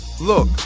Look